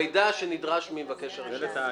המידע שנדרש ממבקש הרישיון.